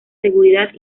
seguridad